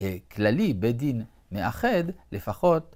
כללי בדין מאחד לפחות.